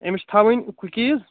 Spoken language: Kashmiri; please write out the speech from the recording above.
أمِس چھِ تھوٕنۍ کُکیٖز